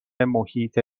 محیط